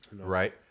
right